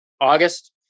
August